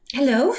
Hello